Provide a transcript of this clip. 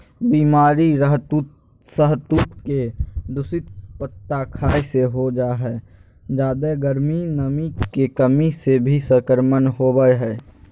बीमारी सहतूत के दूषित पत्ता खाय से हो जा हई जादे गर्मी, नमी के कमी से भी संक्रमण होवई हई